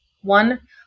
One